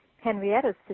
Henrietta's